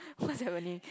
what's happening